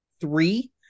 three